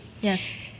Yes